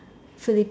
Filip